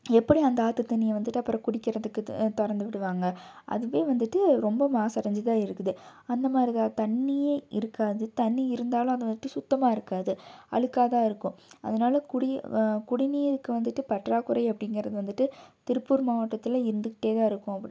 எப்படி அந்த ஆற்றுத் தண்ணியை வந்துட்டு அப்புறம் குடிக்கிறதுக்கு திறந்து விடுவாங்க அது வந்துட்டு ரொம்ப மாசடைஞ்சு தான் இருக்குது அந்த மாரிதான் தண்ணியே இருக்காது தண்ணி இருந்தாலும் அது வந்துட்டு சுத்தமாக இருக்காது அழுக்காக தான் இருக்கும் அதனால் குடிநீருக்கு வந்துட்டு பற்றாக்குறை அப்படிங்கிறது வந்துட்டு திருப்பூர் மாவட்டத்தில் இருந்துக்கிட்டே தான் இருக்கும் அப்படி